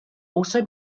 also